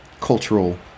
cultural